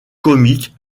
comiques